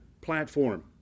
platform